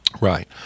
Right